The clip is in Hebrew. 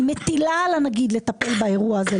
היא מטילה על הנגיד לטפל באירוע הזה,